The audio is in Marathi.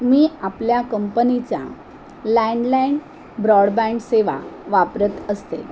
मी आपल्या कंपनीचा लँडलाईन ब्रॉडबँड सेवा वापरत असते